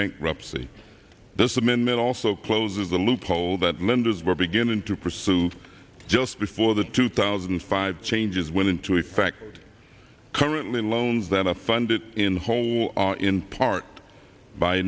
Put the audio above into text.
bankruptcy there's a minute also closes the loophole that lenders were beginning to pursue just before the two thousand and five changes went into effect currently loans that are funded in whole or in part by